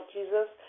Jesus